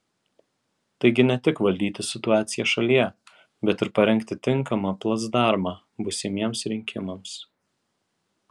taigi ne tik valdyti situaciją šalyje bet ir parengti tinkamą placdarmą būsimiems rinkimams